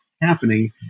happening